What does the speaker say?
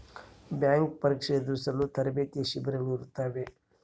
bank ಪರೀಕ್ಷೆ ಎದುರಿಸಲು ತರಬೇತಿ ಶಿಬಿರಗಳು ಇರುತ್ತವೆ